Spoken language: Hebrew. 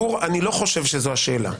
גור, אני לא חושב שזו השאלה.